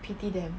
pity them